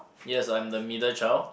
yes I'm the middle child